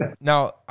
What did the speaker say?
Now